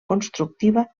constructiva